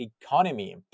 Economy